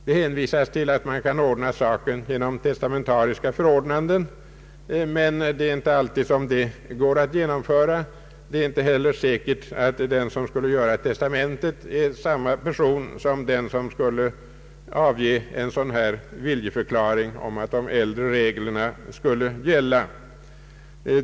Det sägs att man kan ordna saken genom testamentariska förordnanden, men något sådant är inte alltid genomförbart. Det är inte heller säkert att den som skulle göra testamentet är samma person som den vilken skulle kunna avge en viljeförklaring om att de äldre reglerna skulle gälla.